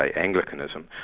ah anglicanism,